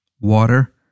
water